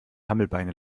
hammelbeine